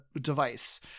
device